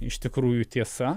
iš tikrųjų tiesa